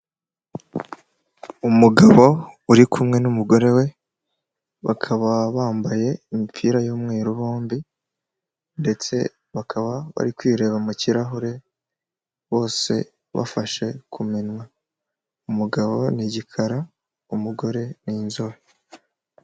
Umugabo uri kumwe n'umugore we bakaba bambaye imipira y'umweru bombi ndetse bakaba bari kwireba mu kirahure bose bafashe ku minwa, umugabo ni igikara, umugore ni inzobe.